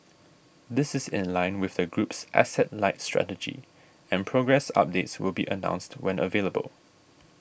this is in line with the group's asset light strategy and progress updates will be announced when available